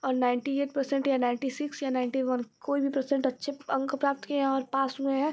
और ninety eight percent या ninety six या नाइन्टी वन कोई भी परसेंट अच्छे अंक प्राप्त किए हैं और पास हुए हैं